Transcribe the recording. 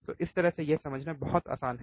तो इस तरह से यह समझना बहुत आसान है